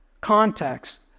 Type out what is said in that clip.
context